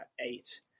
eight